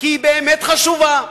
כי היא באמת חשובה,